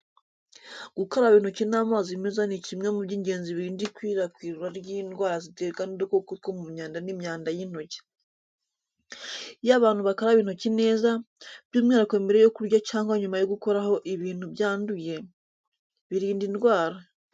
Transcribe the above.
Gukaraba intoki n’amazi meza ni kimwe mu by’ingenzi birinda ikwirakwira ry’indwara ziterwa n’udukoko two mu myanda n’imyanda y’intoki. Iyo abantu bakaraba intoki neza, by’umwihariko mbere yo kurya cyangwa nyuma yo gukoraho ibintu byanduye, birinda indwara.